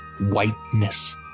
whiteness